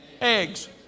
eggs